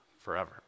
forever